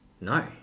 No